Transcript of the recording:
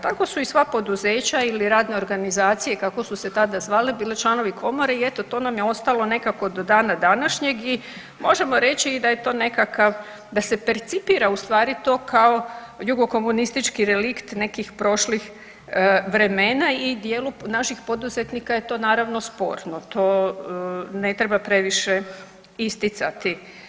Tako su sva poduzeća ili radne organizacije kako su tada zvale bile članovi komore i eto to nam je ostalo nekako do dana današnjeg i možemo reći da je to nekakav da se percipira ustvari to kao jugokomunistički relikt nekih prošlih vremena i dijelu naših poduzetnika je to naravno sporno, to ne treba previše isticati.